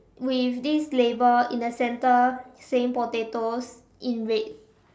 with this label in the center saying potatoes in red